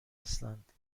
هستند